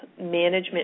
management